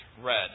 red